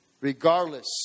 Regardless